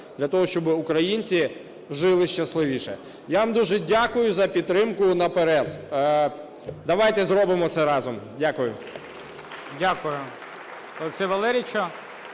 для того, щоб українці жили щасливіше. Я вам дуже дякую за підтримку наперед. Давайте зробимо це разом. Дякую. ГОЛОВУЮЧИЙ. Дякую, Олексію Валерійовичу.